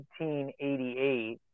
1888